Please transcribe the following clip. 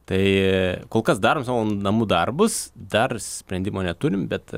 tai kol kas darom savo namų darbus dar sprendimo neturim bet